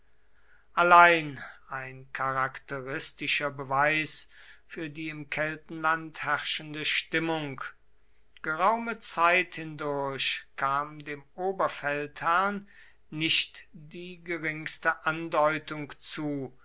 allein ein charakteristischer beweis für die im keltenland herrschende stimmung geraume zeit hindurch kam dem oberfeldherrn nicht die geringste andeutung zu